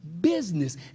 business